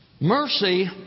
Mercy